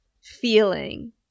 feeling